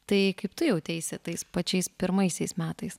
tai kaip tu jauteisi tais pačiais pirmaisiais metais